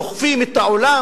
דוחפים את העולם,